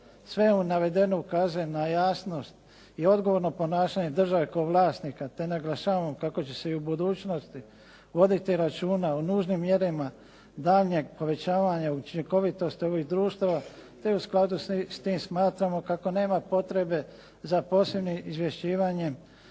Sve navedeno ukazuje na jasnost i odgovorno ponašanje države kao vlasnika, te naglašavamo kako će se i u budućnosti voditi računa o nužnim mjerama daljnjeg povećavanja učinkovitosti ovih društava, te u skladu s tim smatramo kako nema potrebe za posebnim izvješćivanjem